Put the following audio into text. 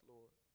Lord